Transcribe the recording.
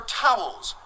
towels